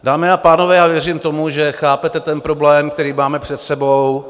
Dámy a pánové, věřím tomu, že chápete ten problém, který máme před sebou.